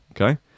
Okay